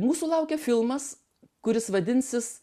mūsų laukia filmas kuris vadinsis